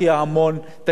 תודה רבה, אדוני.